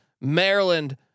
Maryland